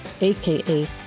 aka